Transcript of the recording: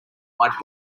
white